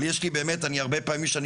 אבל יש לי באמת, הרבה פעמים כשאני